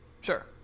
Sure